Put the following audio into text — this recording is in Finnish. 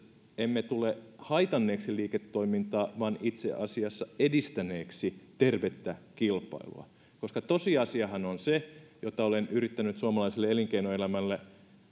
emme tule haitanneeksi liiketoimintaa vaan itse asiassa edistäneeksi tervettä kilpailua koska tosiasiahan on se mitä olen yrittänyt suomalaiselle elinkeinoelämälle